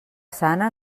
sana